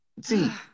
See